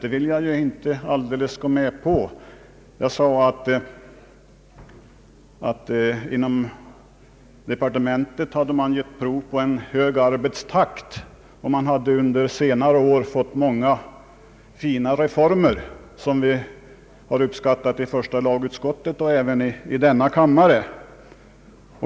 Det vill jag inte gå med på. Jag sade att man inom departementet hade gett prov på en hög arbetstakt och att man under senare år hade fått många fina reformer därifrån, som vi uppskattat både i första lagutskottet och i denna kammare.